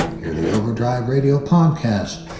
hear the overdrive radio podcast,